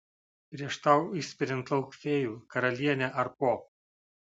prieš tau išspiriant lauk fėjų karalienę ar po